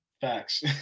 Facts